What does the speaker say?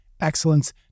excellence